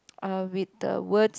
with a words